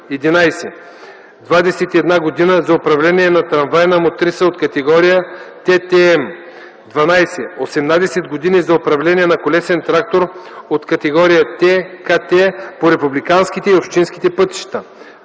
и една години – за управление на трамвайна мотриса от категория Ттм; 12. осемнадесет години – за управление на колесен трактор от категории Ткт по републиканските и общинските пътища.”